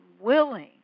willing